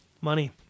money